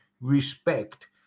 respect